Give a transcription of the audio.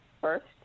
first